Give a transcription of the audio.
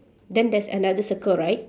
then there's another circle right